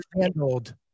handled